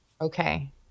Okay